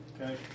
Okay